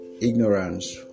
ignorance